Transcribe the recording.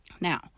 now